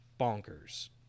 bonkers